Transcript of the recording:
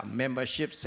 membership